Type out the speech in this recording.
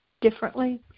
differently